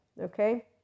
okay